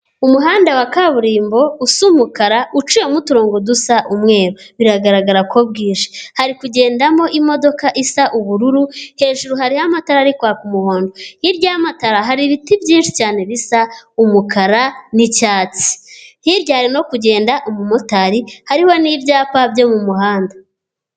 Umuhanda wa kaburimbo usa umukara uciyemo uturongo dusa umweru biragaragara ko bwije, hari kugendamo imodoka isa ubururu hejuru hariho amatara ari kwaka umuhondo, hirya y'amatara hari ibiti byinshi cyane bisa umukara n'icyatsi, hirya hari no kugenda umumotari hariho n'ibyapa byo mu muhanda.